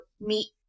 meet